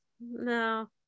No